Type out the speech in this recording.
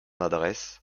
adresse